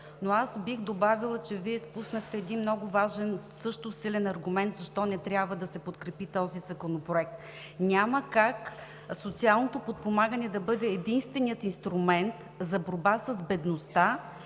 Аз бих добавила обаче, че Вие изпуснахте много важен, също силен аргумент защо не трябва да се подкрепи този законопроект. Няма как социалното подпомагане да бъде единственият инструмент за борба с бедността